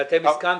ואתם הסכמתם.